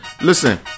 Listen